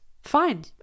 fine